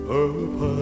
up